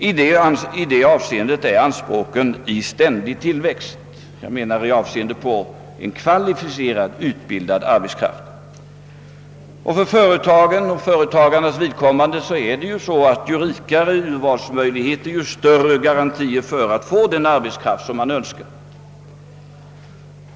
I det senare avseendet är anspråken i ständig tillväxt. Ju rikare urvalsmöjligheter det finns, desto större garantier har företagen för att få den arbetskraft de önskar.